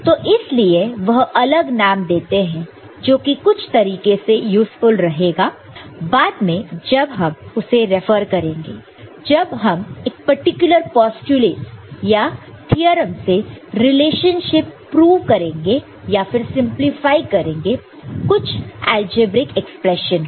तो इसलिए वह अलग नाम देते हैं जो कि कुछ तरीके से यूज़फुल रहेगा बाद में जब हम उसे रेफर करेंगे जब हम एक पर्टिकुलर पोस्टयूलेटस या थ्योरमस से रिलेशनशिप प्रूव करेंगे या फिर सिंपलीफाई करेंगे कुछ अलजेब्रिक एक्सप्रेशन को